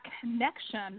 connection